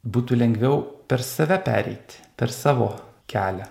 būtų lengviau per save pereiti per savo kelią